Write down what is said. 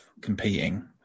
competing